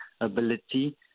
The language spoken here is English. ability